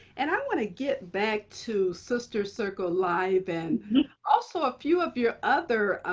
and i want to get back to sister circle live and also a few of your other